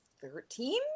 Thirteen